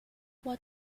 what